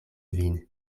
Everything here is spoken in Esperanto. vin